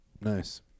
Nice